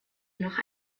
noch